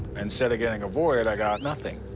instead of getting a void, i got nothing.